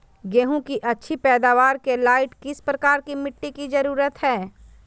गेंहू की अच्छी पैदाबार के लाइट किस प्रकार की मिटटी की जरुरत है?